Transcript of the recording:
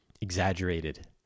exaggerated